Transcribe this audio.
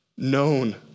known